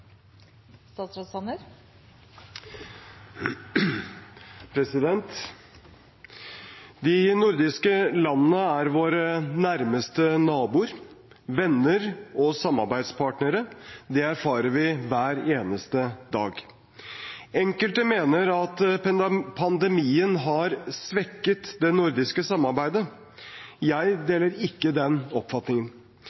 våre nærmeste naboer, venner og samarbeidspartnere. Det erfarer vi hver eneste dag. Enkelte mener at pandemien har svekket det nordiske samarbeidet. Jeg deler ikke den oppfatningen. De